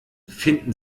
finden